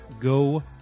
go